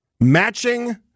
Matching